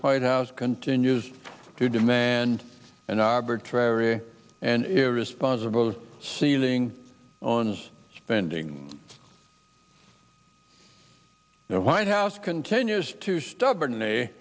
white house continues to demand an arbitrary and irresponsible ceiling on spending the white house continues to stubborn